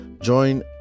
join